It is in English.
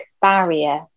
barrier